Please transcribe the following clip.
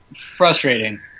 frustrating